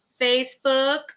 Facebook